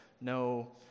no